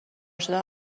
شدن